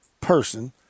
person